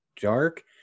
dark